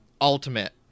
ultimate